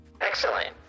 Excellent